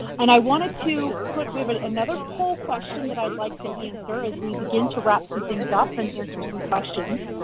and i wanted to put, we have another poll question that i'd like to answer as we begin to wrap some things up and answer some questions.